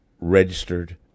registered